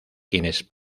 quienes